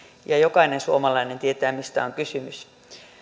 ja jokainen suomalainen tietää mistä on kysymys